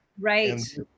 right